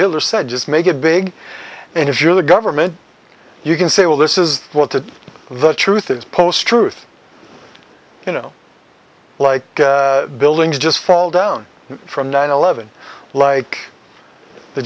hiller said just make it big and if you're the government you can say well this is what the truth is post truth you know like buildings just fall down from nine eleven like the